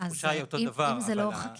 התחושה היא אותו דבר --- אז אם זו לא חקירה,